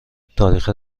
تاریخ